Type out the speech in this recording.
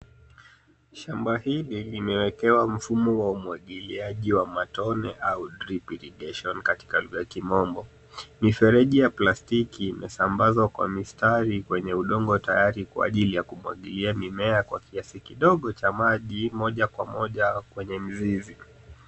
Shamba hili limewekewa mfumo wa umwagiliaji wa matone au drip irrigation katika lugha ya Kimombo. Mifereji ya plastiki imesambazwa kwa mistari kwenye udongo tayari kwa ajili ya kumwagilia mimea kwa kiasi kidogo cha maji, moja kwa moja kwenye mzizi.